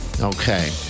okay